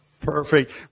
Perfect